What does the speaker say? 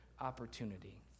opportunity